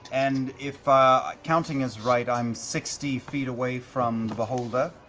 and if counting is right, i'm sixty feet away from the beholder.